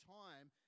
time